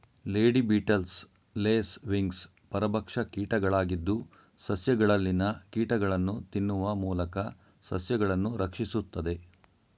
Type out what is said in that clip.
lady beetles, lacewings ಪರಭಕ್ಷ ಕೀಟಗಳಾಗಿದ್ದು, ಸಸ್ಯಗಳಲ್ಲಿನ ಕೀಟಗಳನ್ನು ತಿನ್ನುವ ಮೂಲಕ ಸಸ್ಯಗಳನ್ನು ರಕ್ಷಿಸುತ್ತದೆ